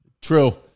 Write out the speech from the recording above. True